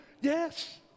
Yes